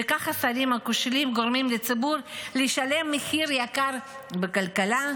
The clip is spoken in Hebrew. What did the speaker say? וכך השרים הכושלים גורמים לציבור לשלם מחיר יקר בכלכלה,